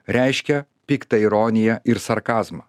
reiškia piktą ironiją ir sarkazmą